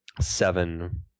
seven